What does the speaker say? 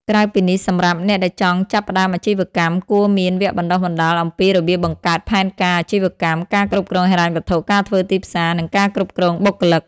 ក្រៅពីនេះសម្រាប់អ្នកដែលចង់ចាប់ផ្តើមអាជីវកម្ម គួរមានវគ្គបណ្តុះបណ្តាលអំពីរបៀបបង្កើតផែនការអាជីវកម្ម ការគ្រប់គ្រងហិរញ្ញវត្ថុ ការធ្វើទីផ្សារ និងការគ្រប់គ្រងបុគ្គលិក។